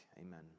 Amen